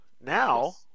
Now